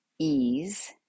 Ease